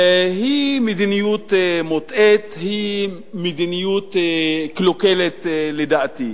היא מדיניות מוטעית, היא מדיניות קלוקלת, לדעתי.